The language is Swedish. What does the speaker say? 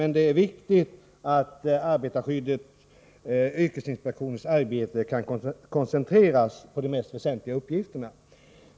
Men det är viktigt att yrkesinspektionens arbete kan koncentreras på de mest väsentliga uppgifterna.